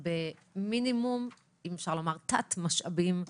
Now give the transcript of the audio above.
ובמינימום ואם אפשר לומר תת משאבים.